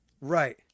right